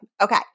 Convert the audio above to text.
Okay